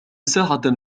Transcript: ساعة